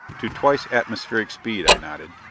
to twice atmospheric speed, i nodded.